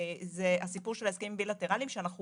זה הסיפור של ההסכמים הבילטרליים שאנחנו